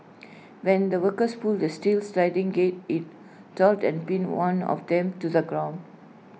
when the workers pulled the steel sliding gate IT toppled and pinned one of them to the ground